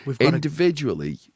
Individually